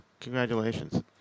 Congratulations